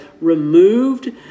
removed